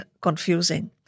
confusing